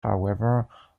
however